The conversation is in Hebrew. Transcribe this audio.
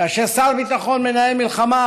כאשר שר ביטחון מנהל מלחמה,